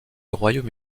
royaume